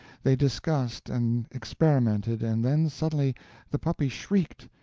they discussed and experimented, and then suddenly the puppy shrieked,